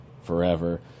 forever